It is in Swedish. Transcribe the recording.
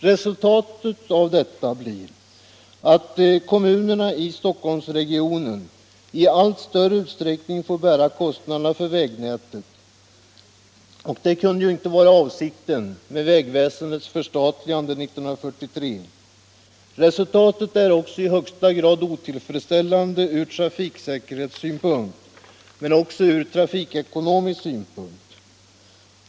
Resultatet blir att kommunerna i Stockholmsregionen i allt större utsträckning får bära kostnaderna för vägnätet. Och det kunde ju inte vara avsikten med vägväsendets förstatligande 1943. Resultatet är i högsta grad otillfredsställande ur trafiksäkerhetssynpunkt men också ur trafikekonomisk synpunkt.